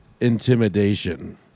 Intimidation